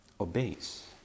obeys